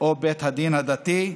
או בית הדין הדתי,